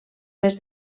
mes